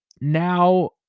now